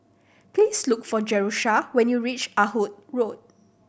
please look for Jerusha when you reach Ah Hood Road